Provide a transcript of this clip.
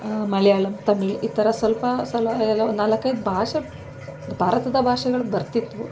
ಮಲಯಾಳಮ್ ತಮಿಳ್ ಈ ಥರ ಸ್ವಲ್ಪ ಸ್ವಲ್ಪ ಒಂದು ನಾಲ್ಕೈದು ಭಾಷೆ ಭಾರತದ ಭಾಷೆಗಳು ಬರ್ತಿದ್ದವು